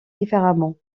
différemment